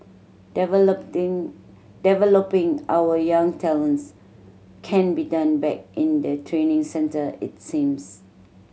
developing our young talents can be done back in the training centre it seems